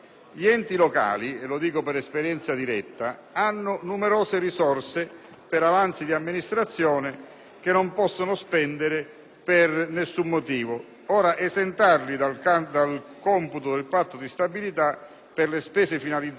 hanno numerose risorse per avanzi di amministrazione che non possono spendere per nessun motivo. Ora, esentarli dal computo del Patto di stabilità per le spese finalizzate alla messa in sicurezza degli istituti scolastici credo